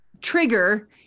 trigger